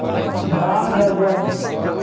ᱵᱟᱝ ᱨᱮᱵᱮᱱ